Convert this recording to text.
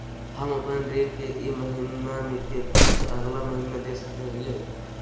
हम अपन ऋण के ई महीना के किस्त अगला महीना दे सकी हियई?